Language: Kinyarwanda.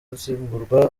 zigurwa